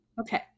Okay